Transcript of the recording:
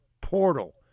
portal